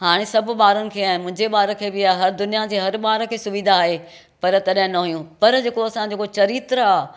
हाणे सभु ॿारनि खे आहे मुंहिंजे ॿार खे बि आहे हर दुनिया जे हर ॿार खे सुविधा आहे पर तॾहिं न हुयूं पर जेको असांजो चरित्र आहे